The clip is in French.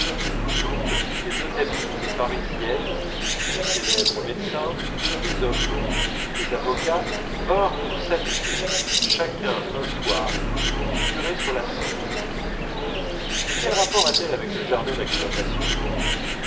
toutes les notabilités parisiennes de célèbres médecins des hommes politiques des avocats vinrent pour s'amuser chacun un soir figurer sur la scène mais quel rapport a-t-elle avec le jardin d'acclimatation